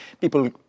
people